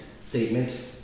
statement